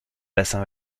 bassin